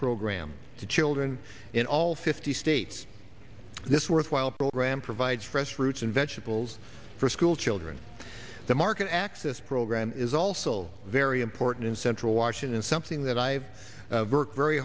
program to children in all fifty states this worthwhile program provides fresh fruits and vegetables for school children the market access program is also very important in central washington something that i've worked very